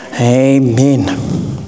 amen